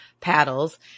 paddles